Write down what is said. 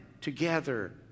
together